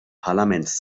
parlaments